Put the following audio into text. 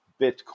Bitcoin